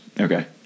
Okay